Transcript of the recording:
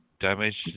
damaged